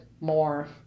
more